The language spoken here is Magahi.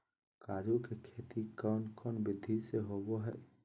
काजू के खेती कौन कौन विधि से होबो हय?